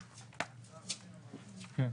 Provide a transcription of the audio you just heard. כן.